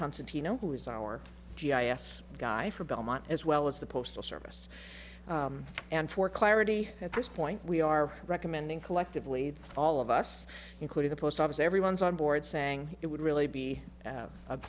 constantino who is our g i s guy for belmont as well as the postal service and for clarity at this point we are recommending collectively all of us including the post office everyone's on board saying it would really be